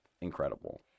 incredible